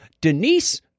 Denise